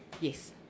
Yes